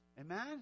Amen